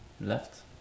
left